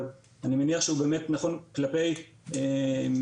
אבל אני מניח שהוא באמת נכון כלפי כלל